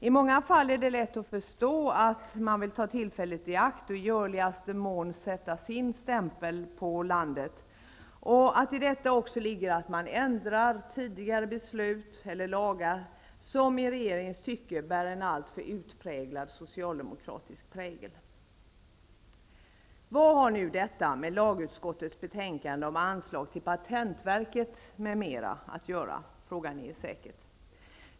I många fall är det lätt att förstå att man vill ta tillfället i akt och i görligaste mån sätta sin stämpel på landet, och att i detta också ligger att man ändrar tidigare beslut eller lagar som i regeringens tycke har en alltför utpräglad socialdemokratisk prägel. Vad har nu detta med lagutskottets betänkande om anslag till patentverket m.m. att göra? frågar ni er säkert.